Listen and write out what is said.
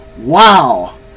wow